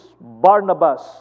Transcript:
Barnabas